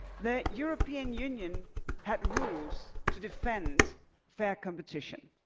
the european union had rules to defend fair competition.